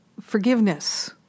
forgiveness